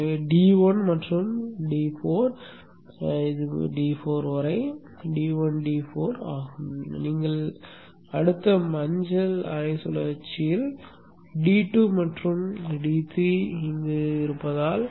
எனவே D1 மற்றும் D4 முதல் D4 வரை D1 D4 ஆகும் நீங்கள் அடுத்த மஞ்சள் அரை சுழற்சியில் D2 மற்றும் D3 இல் பாய்ந்தால்